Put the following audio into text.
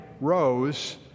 rose